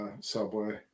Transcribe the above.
Subway